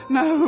no